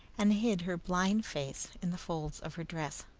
and hid her blind face in the folds of her dress.